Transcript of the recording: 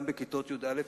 גם בכיתות י"א י"ב,